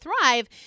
Thrive